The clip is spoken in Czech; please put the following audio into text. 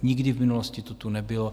Nikdy v minulosti to tu nebylo.